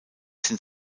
sind